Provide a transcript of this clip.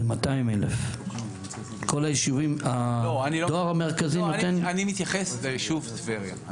זה 200,000. אני מתייחס ליישוב טבריה.